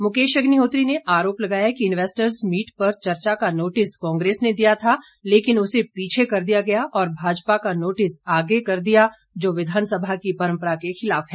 मुकेश अग्निहोत्री ने आरोप लगाया कि इन्वेस्टर्स मीट पर चर्चा का नोटिस कांग्रेस ने दिया था लेकिन उसे पीछे कर दिया और भाजपा का नोटिस आगे कर दिया जो विधानसभा की परंपरा के खिलाफ है